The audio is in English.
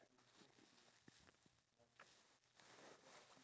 need to communicate with the other party